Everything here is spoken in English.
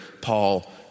Paul